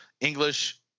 English